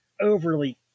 overly